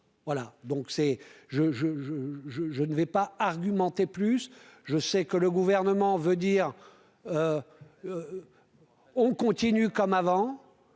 je, je, je ne vais pas argumenter plus je sais que le gouvernement veut dire on continue comme avant,